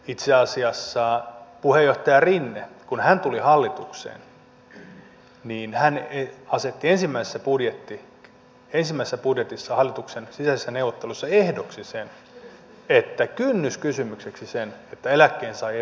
itse asiassa kun puheenjohtaja rinne tuli hallitukseen niin hän asetti ensimmäisessä budjetissa hallituksen sisäisissä neuvotteluissa ehdoksi sen kynnyskysymykseksi sen että eläkkeensaajien verotusta alennetaan